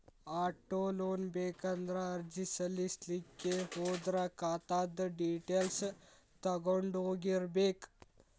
auto loan ಬೇಕಂದ್ರ ಅರ್ಜಿ ಸಲ್ಲಸ್ಲಿಕ್ಕೆ ಹೋದ್ರ ಖಾತಾದ್ದ್ ಡಿಟೈಲ್ಸ್ ತಗೊಂಢೊಗಿರ್ಬೇಕ್